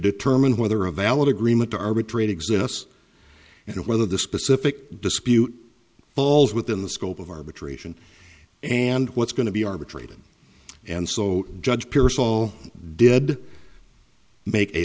determine whether a valid agreement to arbitrate exists and whether the specific dispute falls within the scope of arbitration and what's going to be arbitrated and so judge pierce all dead make a